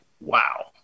wow